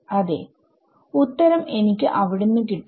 അതെ ഉത്തരം എനിക്ക് അവിടുന്ന് കിട്ടും